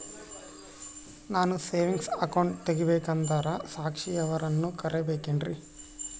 ನಾನು saving account ತೆಗಿಬೇಕಂದರ ಸಾಕ್ಷಿಯವರನ್ನು ಕರಿಬೇಕಿನ್ರಿ?